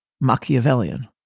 Machiavellian